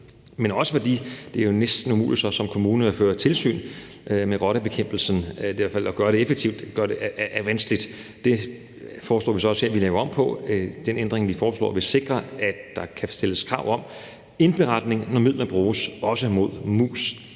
men også fordi det jo næsten er umuligt som kommune så at føre tilsyn med rottebekæmpelse, i hvert fald at gøre det effektivt; det er i hvert fald vanskeligt. Det foreslår vi så også her at vi laver om på. Den ændring, vi foreslår, vil sikre, at der kan stilles krav om indberetning, når midler bruges, også mod mus.